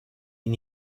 این